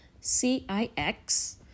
cix